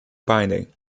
binding